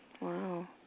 Wow